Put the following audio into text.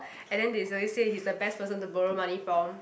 and then they always say he's the best person to borrow money from